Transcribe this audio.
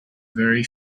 very